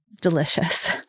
delicious